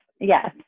Yes